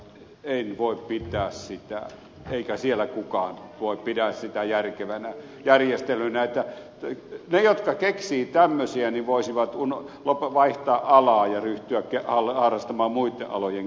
en voi pitää eikä siellä kukaan pidä sitä järkevänä järjestelynä joten ne jotka keksivät tämmöisiä voisivat vaihtaa alaa ja ryhtyä harrastamaan muitten alojen keksimistä